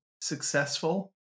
successful